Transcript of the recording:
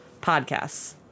podcasts